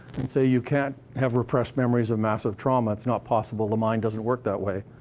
and say you can't have repressed memories of massive trauma it's not possible, the mind doesn't work that way,